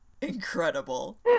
Incredible